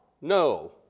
No